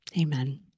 Amen